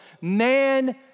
man